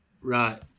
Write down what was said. Right